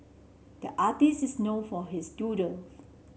the artist is known for his doodles